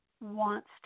wants